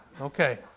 okay